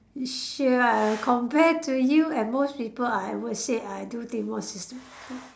you sure ah compare to you and most people I would say I do thing more syste~